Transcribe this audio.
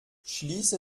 schließe